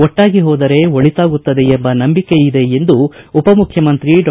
ಒಟ್ಟಾಗಿ ಹೋದರೆ ಒಳಿತಾಗುತ್ತದೆ ಎಂಬ ನಂಬಿಕೆಯಿದೆ ಎಂದು ಉಪಮುಖ್ಯಮಂತ್ರಿ ಡಾ